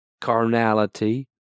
carnality